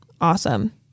Awesome